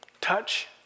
Touch